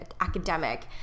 academic